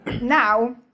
now